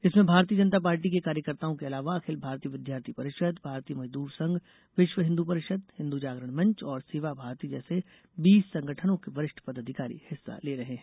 इसमें भारतीय जनता पार्टी के कार्यकर्ताओं के अलावा अखिल भारतीय विद्यार्थी परिषद भारतीय मजदूर संघ विश्व हिन्दू परिषद हिन्दू जागरण मंच और सेवा भारती जैसे बीस संगठनों के वरिष्ठ पदाधिकारी हिस्सा ले रहे हैं